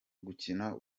gukina